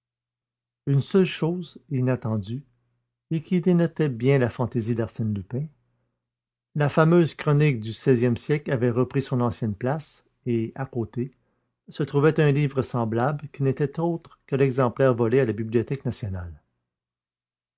une seule chose inattendue et qui dénotait bien la fantaisie d'arsène lupin la fameuse chronique du xvie siècle avait repris son ancienne place et à côté se trouvait un livre semblable qui n'était autre que l'exemplaire volé de la bibliothèque nationale